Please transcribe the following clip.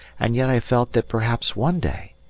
and yet i felt that perhaps one day.